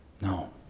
No